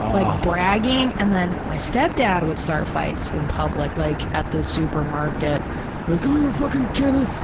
like bragging. and then my step-dad would start fights in public, like at the supermarket. like, um are you fuckin kidding?